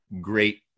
great